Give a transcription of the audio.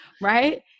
right